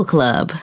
Club